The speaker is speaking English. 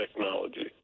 technology